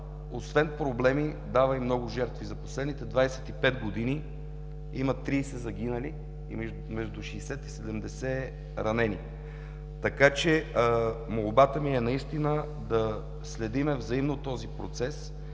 освен проблеми дава и много жертви – за последните 25 години има 30 загинали и между 60-70 ранени. Така че молбата ми е наистина да следим взаимно този процес